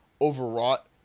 overwrought